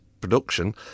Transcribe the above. production